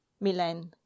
Milan